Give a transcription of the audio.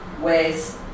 ways